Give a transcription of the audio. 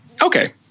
Okay